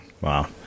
Wow